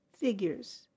figures